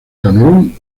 camerún